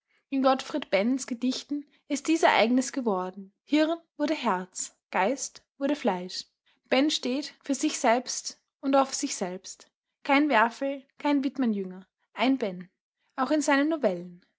in gottfried bens gedichten ist dies ereignis geworden hirn wurde herz geist wurde fleisch benn steht für sich selbst und auf sich selbst kein werfelkein whitmanjünger ein benn auch in seinen novellen